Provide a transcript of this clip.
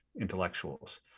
intellectuals